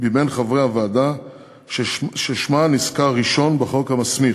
מבין חברי הוועדה ששמה נזכר ראשון בחוק המסמיך.